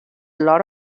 lot